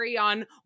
on